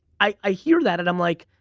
i hear that and i'm like